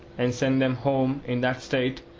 and sent them home in that state,